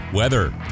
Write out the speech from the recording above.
Weather